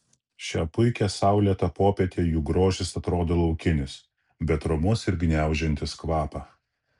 šią puikią saulėtą popietę jų grožis atrodo laukinis bet romus ir gniaužiantis kvapą